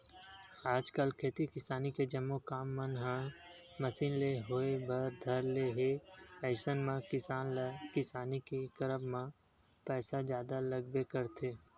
आजकल खेती किसानी के जम्मो काम मन ह मसीन ले होय बर धर ले हे अइसन म किसान ल किसानी के करब म पइसा जादा लगबे करथे